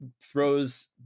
throws